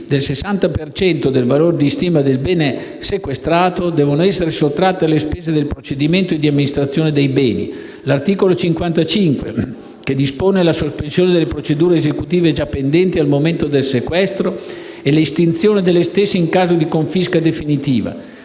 cento del valore di stima del bene sequestrato, devono essere sottratte le spese del procedimento e di amministrazione dei beni; l'articolo 55, che dispone la sospensione delle procedure esecutive già pendenti al momento del sequestro e l'estinzione delle stesse in caso di confisca definitiva;